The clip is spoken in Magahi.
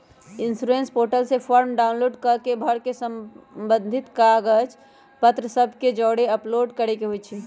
इंश्योरेंस पोर्टल से फॉर्म डाउनलोड कऽ के भर के संबंधित कागज पत्र सभ के जौरे अपलोड करेके होइ छइ